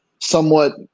somewhat